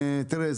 תראה,